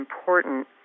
important